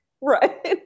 Right